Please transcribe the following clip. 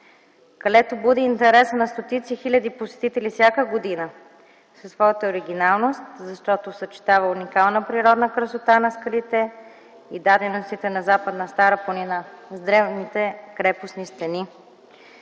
Калето буди интереса на стотици хиляди посетители всяка година със своята оригиналност, защото съчетава уникална природна красота на скалите и даденостите на Западна Стара планина с древните крепостни стени.